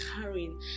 carrying